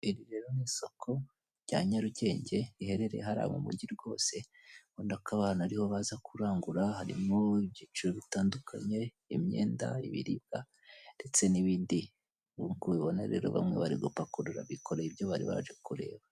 Iri rero ni isoko rya nyarugenge riherereye hariya mu mujyi rwose urabona ko abantu ariho baza kurangura harimo ibyiciro bitandukanye imyenda, ibiribwa ndetse n'ibindi nkuko ubibona rero bamwe bari gupakurura bikoreye ibyo bari baje kureba.